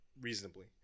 reasonably